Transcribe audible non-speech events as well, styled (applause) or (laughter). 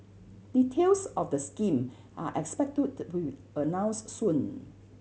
details of the scheme are expected to the (unintelligible) announced soon